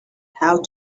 how